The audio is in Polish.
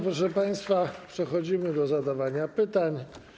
Proszę państwa, przechodzimy do zadawania pytań.